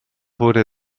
wurde